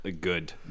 good